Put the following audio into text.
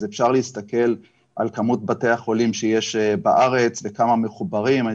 אז אפשר להסתכל על כמות בתי החולים שיש בארץ וכמה מחוברים.